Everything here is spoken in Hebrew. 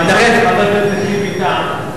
זמנו של חבר הכנסת טיבי תם,